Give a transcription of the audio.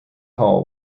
hall